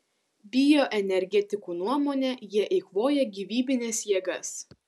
bioenergetikų nuomone jie eikvoja gyvybines jėgas